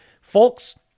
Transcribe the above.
Folks